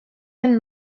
den